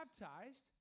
baptized